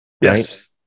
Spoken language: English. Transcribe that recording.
Yes